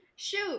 Shoot